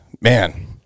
man